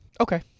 Okay